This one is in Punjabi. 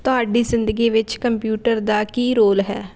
ਤੁਹਾਡੀ ਜ਼ਿੰਦਗੀ ਵਿੱਚ ਕੰਪਿਊਟਰ ਦਾ ਕੀ ਰੋਲ ਹੈ